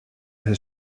his